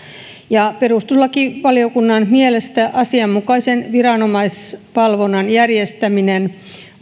perustuslakivaliokunnan mielestä asianmukaisen viranomaisvalvonnan järjestäminen